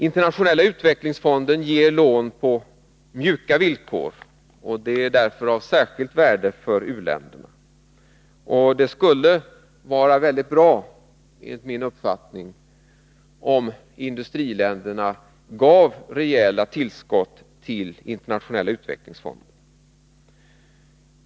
Internationella utvecklingsfonden ger lån på mjuka villkor, vilket är av särskilt stort värde för u-länderna. Det skulle enligt min uppfattning vara mycket bra, om i-länderna gav rejäla tillskott till Internationella utvecklingsfonden.